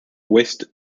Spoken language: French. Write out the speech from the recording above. ouest